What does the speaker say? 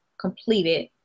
completed